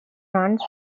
runs